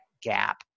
gap